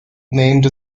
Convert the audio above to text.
named